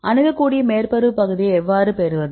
அணுகக்கூடிய மேற்பரப்பு பகுதியை எவ்வாறு பெறுவது